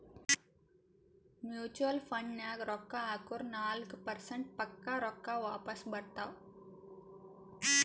mutual ಫಂಡ್ನಾಗ್ ರೊಕ್ಕಾ ಹಾಕುರ್ ನಾಲ್ಕ ಪರ್ಸೆಂಟ್ರೆ ಪಕ್ಕಾ ರೊಕ್ಕಾ ವಾಪಸ್ ಬರ್ತಾವ್